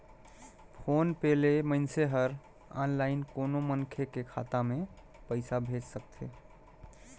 phone पे ले मइनसे हर आनलाईन कोनो मनखे के खाता मे पइसा भेज सकथे